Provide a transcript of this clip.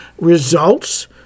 results